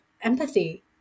empathy